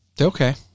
Okay